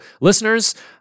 listeners